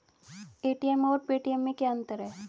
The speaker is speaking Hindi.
ए.टी.एम और पेटीएम में क्या अंतर है?